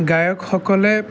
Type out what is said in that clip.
গায়কসকলে